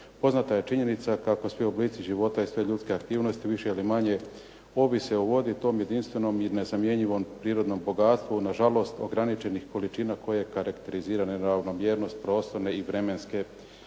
Poznata je činjenica kako svi oblici života i sve ljudske aktivnosti više ili manje ovise o vodi, tom jedinstvenom i nezamjenjivom prirodnom bogatstvu na žalost ograničenih količina koje karakterizira neravnomjernost prostorne i vremenske